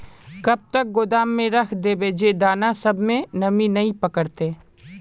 कब तक गोदाम में रख देबे जे दाना सब में नमी नय पकड़ते?